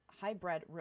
hybrid